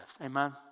Amen